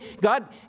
God